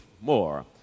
more